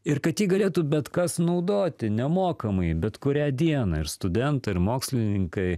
ir kad ji galėtų bet kas naudoti nemokamai bet kurią dieną ir studentai ir mokslininkai